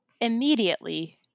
immediately